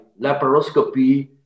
laparoscopy